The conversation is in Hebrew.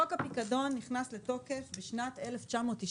חוק הפיקדון נכנס לתוקף בשנת 1999